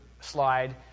slide